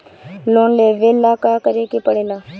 Loan लेबे ला का करे के पड़े ला?